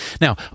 Now